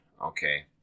okay